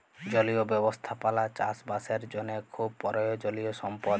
জলীয় ব্যবস্থাপালা চাষ বাসের জ্যনহে খুব পরয়োজলিয় সম্পদ